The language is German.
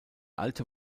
alte